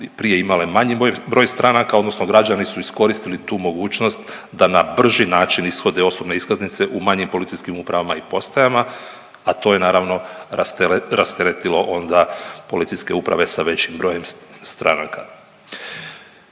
prije imale manji broj stranka odnosno građani su iskoristili tu mogućnost da na brži način ishode osobne iskaznice u manjim policijskim upravama i postajama, a to je naravno rasteretilo onda policijske uprave sa većim brojem stranaka.